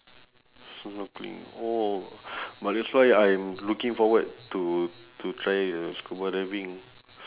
snorkeling oh but that's why I'm looking forward to to try uh scuba diving